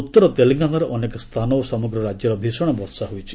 ଉତ୍ତର ତେଲେଙ୍ଗାନାର ଅନେକ ସ୍ଥାନ ଓ ସମଗ୍ର ରାଜ୍ୟରେ ଭୀଷଣ ବର୍ଷା ହୋଇଛି